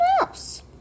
mouse